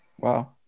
Wow